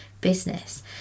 business